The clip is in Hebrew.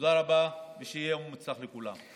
תודה רבה, ושיהיה יום מוצלח לכולם.